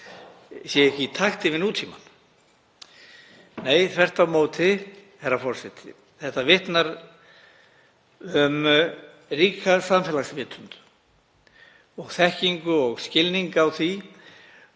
séu ekki í takti við nútímann? Nei, þvert á móti, herra forseti. Þetta vitnar um ríka samfélagsvitund, þekkingu og skilning á því